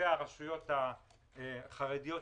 והרשויות החרדיות,